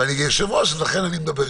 ואני יושב-ראש, לכן אני מדבר ראשון.